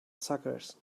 suckers